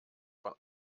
von